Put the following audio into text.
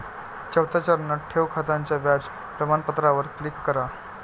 चौथ्या चरणात, ठेव खात्याच्या व्याज प्रमाणपत्रावर क्लिक करा